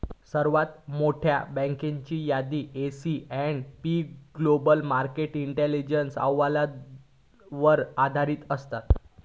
सर्वात मोठयो बँकेची यादी S and P Global Market Intelligence अहवालावर आधारित असत